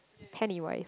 Pennywise